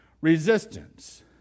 resistance